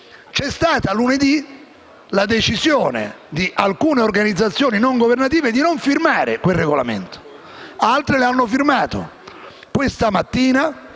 c'è stata la decisione di alcune organizzazioni non governative di non firmare quel regolamento, mentre altre hanno firmato. Questa mattina